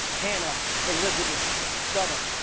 hannah elizabeth subtle